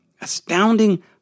astounding